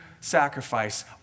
sacrifice